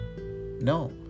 No